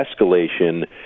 escalation